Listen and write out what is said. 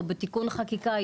או בתיקון חקיקה,